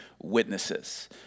witnesses